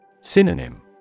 Synonym